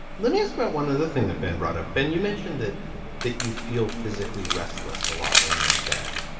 let me ask about one other thing that ben brought up. ben, you mentioned that that you feel physically restless a lot when you're in bed.